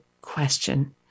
question